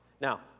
now